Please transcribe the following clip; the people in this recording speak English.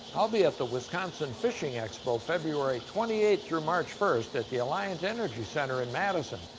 i'll be at the wisconsin fishing expo, february twenty eighth through march first at the alliant energy center in madison,